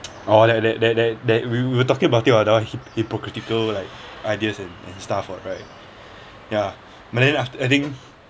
oh that that that that that we were talking about it the one hyp~ hypocritical like ideas and and stuff what right ya but then af~ I think